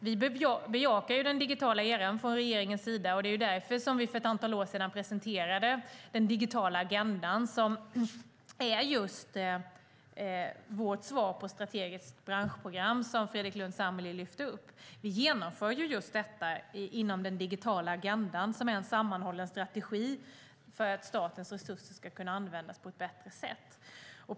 Vi i regeringen bejakar den digitala eran, och det är därför som vi för ett antal år sedan presenterade den digitala agendan, som är vårt svar på strategiskt branschprogram, som Fredrik Lundh Sammeli lyfte upp. Vi genomför detta inom den digitala agendan, som är en sammanhållen strategi för att statens resurser ska kunna användas på ett bättre sätt.